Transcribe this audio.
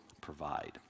provide